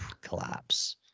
Collapse